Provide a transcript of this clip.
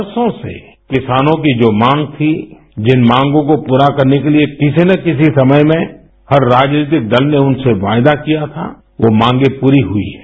बरसों से किसानों की जो माँग थी जिन मांगो को पूरा करने के लिए किसी न किसी समय में हर राजनीतिक दल ने उनसे वायदा किया था वो मांगे पूरी हुई हैं